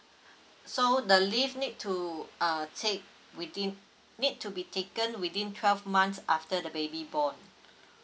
so the leave need to uh take within need to be taken within twelve months after the baby born